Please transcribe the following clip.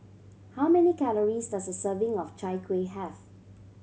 how many calories does a serving of Chai Kueh have